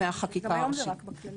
גם היום זה רק בכללים.